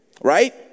right